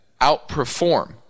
outperform